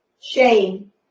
Shame